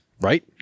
right